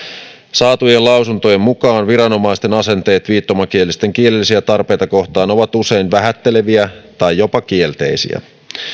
saatujen lausuntojen mukaan viranomaisten asenteet viittomakielisten kielellisiä tarpeita kohtaan ovat usein vähätteleviä tai jopa kielteisiä